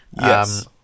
Yes